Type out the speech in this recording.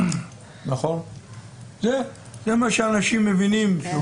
זה מה שאנשים מבינים.